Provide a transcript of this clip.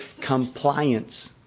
compliance